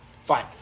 fine